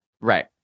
right